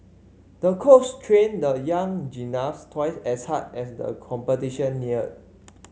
the coach trained the young gymnast twice as hard as the competition neared